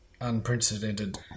unprecedented